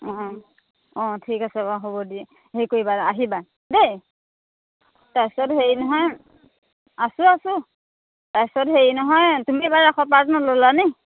অঁ অঁ ঠিক আছে বাৰু হ'ব দিয়া হেৰি কৰিবা আহিবা দেই তাৰ পিছত হেৰি নহয় আছো আছো তাৰ পিছত হেৰি নহয় তুমি এইবাৰ ৰাসৰ পাৰ্ট নল'লা নেকি